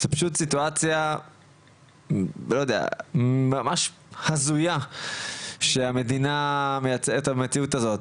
זו פשוט סיטואציה ממש הזויה שהמדינה מייצרת את המציאות הזאת.